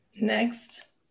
Next